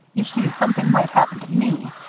you see, something might happen to me,